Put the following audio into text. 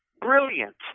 Brilliant